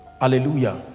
Hallelujah